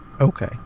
Okay